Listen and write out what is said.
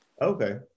Okay